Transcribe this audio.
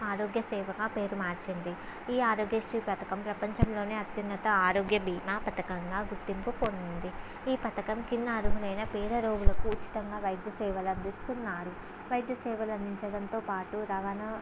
ఆరోగ్య సేవగా పేరు మార్చింది ఈ ఆరోగ్య శ్రీ పథకం ప్రపంచంలోనే అత్యున్నత ఆరోగ్య భీమా పథకంగా గుర్తింపు పొందింది ఈ పథకం కింద అర్హులైన పేద రోగులకు ఉచితంగా వైద్య సేవలు అందిస్తున్నారు వైద్య సేవలు అందించడంతోపాటు రవాణా